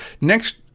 Next